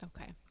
Okay